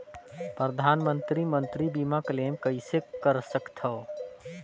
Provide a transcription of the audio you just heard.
परधानमंतरी मंतरी बीमा क्लेम कइसे कर सकथव?